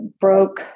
broke